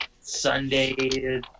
Sunday